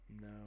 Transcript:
No